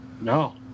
No